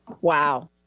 Wow